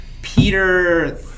Peter